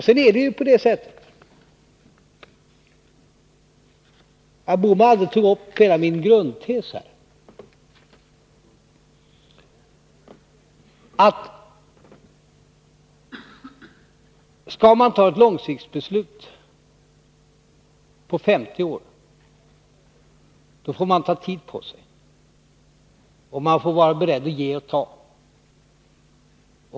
Sedan tog ju aldrig Gösta Bohman upp min grundtes här, dvs. att skall man fatta ett långsiktigt beslut, på 50 år, får man ta tid på sig. Man får vara beredd att ge och ta.